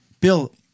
Bill